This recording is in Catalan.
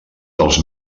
dels